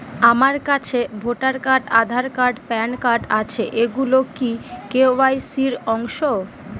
আমার কাছে voter card Aadhaar card PAN card আছে এগুলো কি কে.ওয়াই.সি র অংশ?